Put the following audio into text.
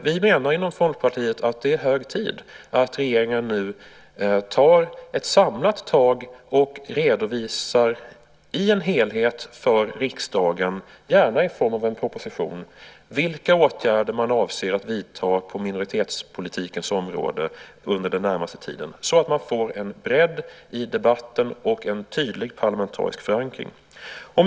Vi i Folkpartiet menar att det är hög tid att regeringen nu tar ett samlat grepp och redovisar för riksdagen, gärna i form av proposition, vilka åtgärder man avser att vidta på minoritetspolitikens område under den närmaste tiden så att man får en bredd i debatten och en tydlig parlamentarisk förankring. Herr talman!